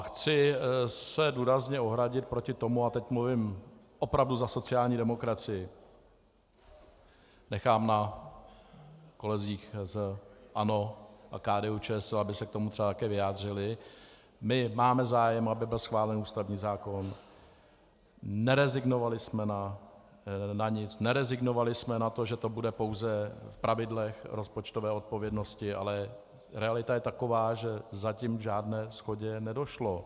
Chci se důrazně ohradit proti tomu, a teď mluvím opravdu za sociální demokracii, nechám na kolezích z ANO a KDUČSL, aby se k tomu třeba také vyjádřili: My máme zájem, aby byl schválen ústavní zákon, nerezignovali jsme na nic, nerezignovali jsme na to, že to bude pouze v pravidlech rozpočtové odpovědnosti, ale realita je taková, že zatím k žádné shodě nedošlo.